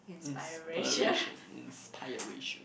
inspiration inspiration